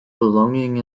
belonging